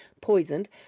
poisoned